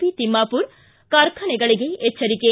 B Timmapur ಕಾರ್ಖಾನೆಗಳಿಗೆ ಎಚ್ಚರಿಕೆ